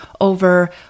over